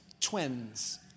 twins